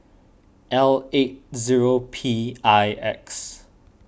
L eight zero P I X